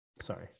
Sorry